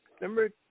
Number